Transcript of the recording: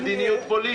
למדיניות פוליטית.